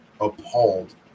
appalled